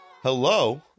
Hello